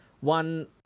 one